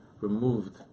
removed